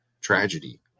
Tragedy